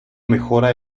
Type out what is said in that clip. mejora